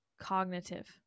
cognitive